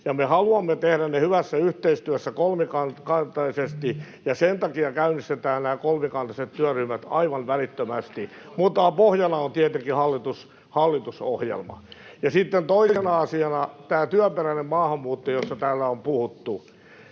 Me haluamme tehdä ne hyvässä yhteistyössä kolmikantaisesti, ja sen takia käynnistetään kolmikantaiset työryhmät aivan välittömästi. Mutta pohjana on tietenkin hallitusohjelma. Sitten toisena asiana on tämä työperäinen maahanmuutto, josta täällä on puhuttu: